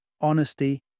honesty